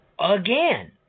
again